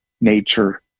nature